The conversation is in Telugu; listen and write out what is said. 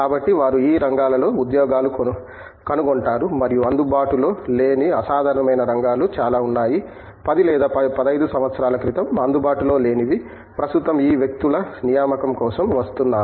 కాబట్టి వారు ఈ రంగాలలో ఉద్యోగాలు కనుగొంటారు మరియు అందుబాటులో లేని అసాధారణమైన రంగాలు చాలా ఉన్నాయి 10 లేదా 15 సంవత్సరాల క్రితం అందుబాటులో లేనివి ప్రస్తుతం ఈ వ్యక్తుల నియామకం కోసం వస్తున్నారు